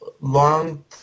long –